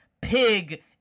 Pig